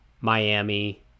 Miami